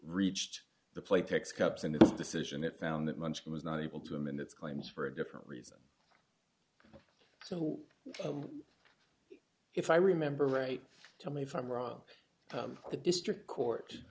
reached the playtex cups and this decision it found that money was not able to him and its claims for a different reason so if i remember right tell me if i'm wrong the district court